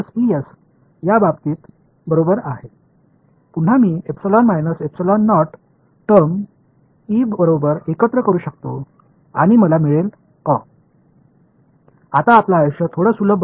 இப்போது எங்கள் வாழ்க்கையை இன்னும் கொஞ்சம் எளிமையாக்க இங்கே கணக்கை எளிமையாக இன்னொரு வெளிப்பாட்டை வரையறுப்போம்